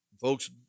Folks